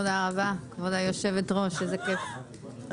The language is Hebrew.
תודה רבה, כבוד היושבת-ראש, איזה כיף.